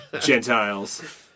Gentiles